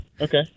Okay